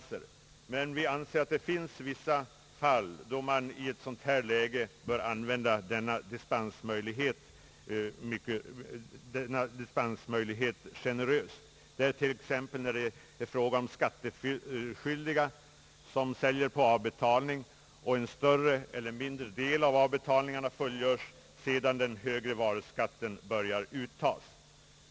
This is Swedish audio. Vi anser att det finns vissa fall då man i ett sådant läge bör använda dispensmöjligheten generöst. Det kan t.ex. vara fråga om fall då skattskyldiga säl Ang. vissa skattepolitiska åtgärder, m.m. jer på avbetalning och en större eller mindre del av avbetalningen fullgörs sedan den högre varuskatten börjat uttas.